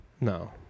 No